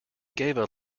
gave